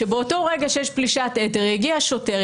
שבאותו רגע שיש פלישה יגיע שוטר,